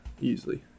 Easily